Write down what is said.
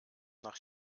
nach